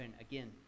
again